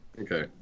okay